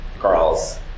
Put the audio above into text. girls